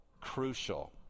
crucial